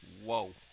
Whoa